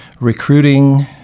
recruiting